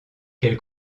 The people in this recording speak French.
quelle